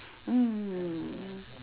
mm